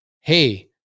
Hey